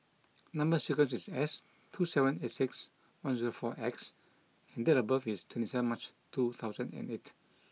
Number sequence is S two seven eight six one zero four X and date of birth is twenty seven March two thousand and eight